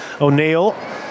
O'Neill